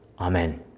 Amen